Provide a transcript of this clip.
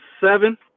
seven